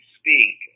speak